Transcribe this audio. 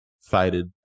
faded